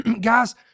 guys